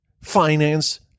finance